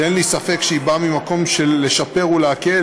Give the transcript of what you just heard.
שאין לי ספק שהיא באה ממקום של לשפר ולהקל,